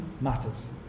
matters